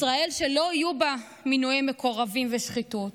ישראל שלא יהיו בה מינויי מקורבים ושחיתות,